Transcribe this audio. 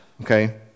okay